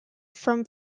from